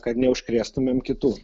kad neužkrėstumėm kitų